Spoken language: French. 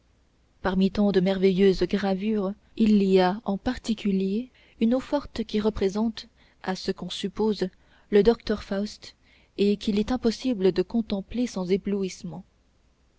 parmi tant de merveilleuses gravures il y a en particulier une eau-forte qui représente à ce qu'on suppose le docteur faust et qu'il est impossible de contempler sans éblouissement